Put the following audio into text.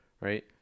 Right